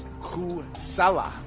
Kusala